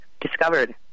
discovered